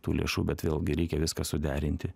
tų lėšų bet vėlgi reikia viską suderinti